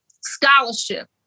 scholarship